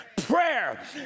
prayer